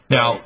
Now